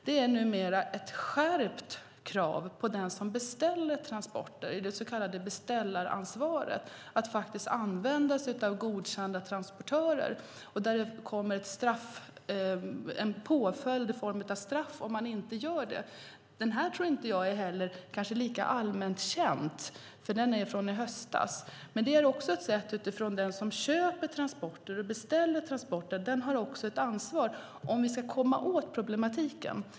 Det är numera ett skärpt krav på den som beställer transporter, det så kallade beställaransvaret, att använda sig av godkända transportörer. Det kommer en påföljd i form av straff om man inte gör det. Jag tror inte att det är lika allmänt känt - det infördes i höstas. Men också den som köper och beställer transporter har ett ansvar om vi ska komma åt problematiken.